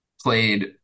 played